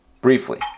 Briefly